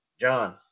John